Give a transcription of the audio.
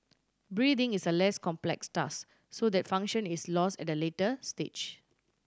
breathing is a less complex task so that function is lost at a later stage